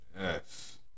Yes